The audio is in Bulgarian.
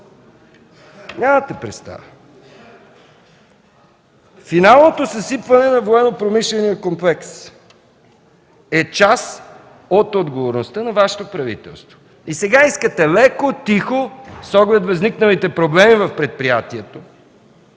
Нямате представа! Финалното съсипване на военнопромишления комплекс е част от отговорността на Вашето правителство. Сега искате леко, тихо, с оглед възникналите проблеми в предприятието,